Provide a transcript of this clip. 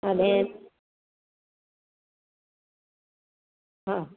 અને હાં